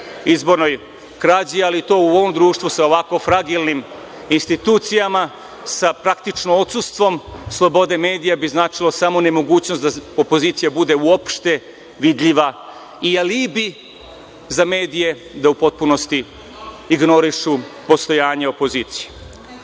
izbornoj krađi, ali to u ovom društvu, sa ovako fragilnim institucijama, sa praktično odsustvom slobode medija, bi značilo samo nemogućnost da opozicija bude uopšte vidljiva i alibi za medije da u potpunosti ignorišu postojanje opozicije. Dirnulo